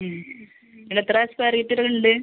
ഉം ഇത് എത്ര സ്ക്വയർ മീറ്റർ ഉണ്ട്